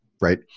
right